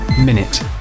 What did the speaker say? Minute